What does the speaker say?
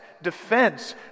defense